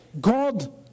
God